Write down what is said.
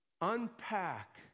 unpack